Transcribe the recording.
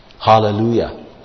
Hallelujah